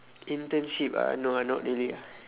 internship ah no ah not really ah